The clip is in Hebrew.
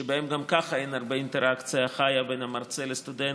שבהם גם ככה אין הרבה אינטראקציה חיה בין המרצה לסטודנט,